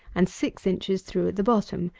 and six inches through at the bottom,